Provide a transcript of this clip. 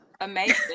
amazing